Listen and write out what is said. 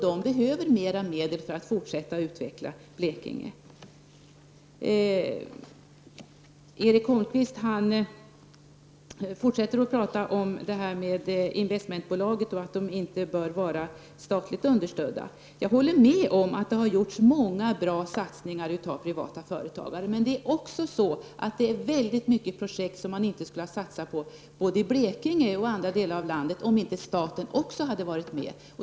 De behöver ytterligare medel för att kunna fortsätta att utveckla Blekinge. Erik Holmkvist fortsatte att tala om investmentbolag. Han menade att dessa inte bör vara statligt understödda. Jag håller med Erik Holmkvist om att det har gjorts många stora satsningar av privata företagare. Men det är också så att väldigt många projekt skulle man inte ha satsat på i Blekinge och många andra län om inte staten hade varit med.